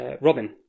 Robin